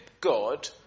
God